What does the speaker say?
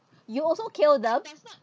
you also killed them